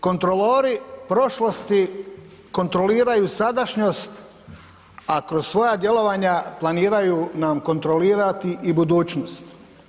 Kontrolori prošlosti kontroliraju sadašnjost, a kroz svoja djelovanja planiraju nam kontrolirati i budućnost.